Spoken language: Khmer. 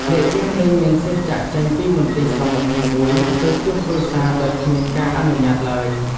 អ្នកយាមលែងមានសិទ្ធិចាកចេញពីមន្ទីរស-២១ ទៅជួបគ្រួសារដោយគ្មានការអនុញ្ញាតឡើយ។